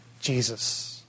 Jesus